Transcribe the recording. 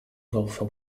golfer